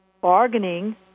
bargaining